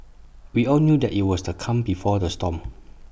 we all knew that IT was the calm before the storm